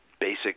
basic